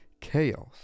chaos